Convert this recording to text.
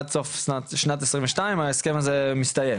עד סוף שנת 2022 ההסכם הזה מסתיים?